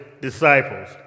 disciples